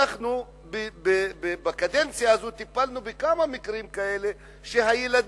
אנחנו בקדנציה הזאת טיפלנו בכמה מקרים כאלה שהילדים